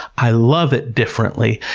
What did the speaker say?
i love it differently,